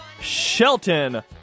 Shelton